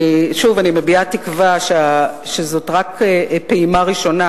שוב, אני מביעה תקווה שזו רק פעימה ראשונה